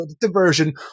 diversion